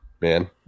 man